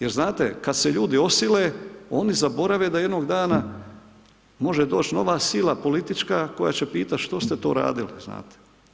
Jer znate kad se ljudi osile, oni zaborave da jednog dana može doći nova sila politička koja će pitati što ste to radili, znate.